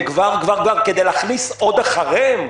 כדי להכניס עוד אחריהם?